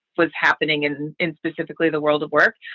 was happening in in specifically the world of work.